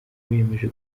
biyemeje